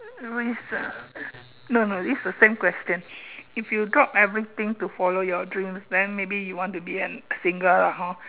risk ah no no this is the same question if you drop everything to follow your dreams then maybe you want to be an single lah hor